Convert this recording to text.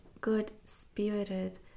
good-spirited